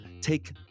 take